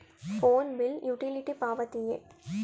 Phone bill utility ಪಾವತಿಯೇ?